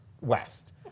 west